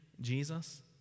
Jesus